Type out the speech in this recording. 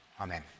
Amen